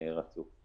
רצוף.